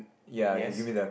yes